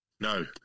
No